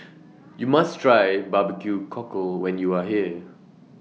YOU must Try Barbecue Cockle when YOU Are here